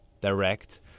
direct